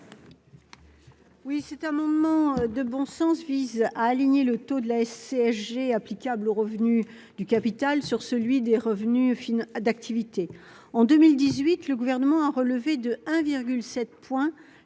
Cet amendement de bon sens vise à aligner le taux de CSG applicable aux revenus du capital sur celui des revenus d'activité. En 2018, le Gouvernement a relevé de 1,7 point